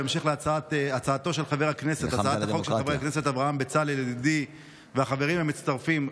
בהמשך להצעת החוק של חבר הכנסת אברהם בצלאל ידידי והחברים המצטרפים,